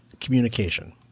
communication